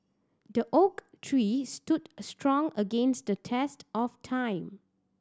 the oak tree stood strong against the test of time